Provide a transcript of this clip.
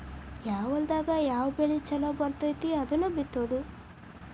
ಯಾವ ಹೊಲದಾಗ ಯಾವ ಬೆಳಿ ಚುಲೊ ಬರ್ತತಿ ಅದನ್ನ ಬಿತ್ತುದು